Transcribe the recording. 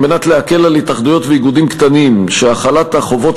על מנת להקל על התאחדויות ואיגודים קטנים שהחלת החובות